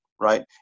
Right